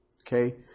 Okay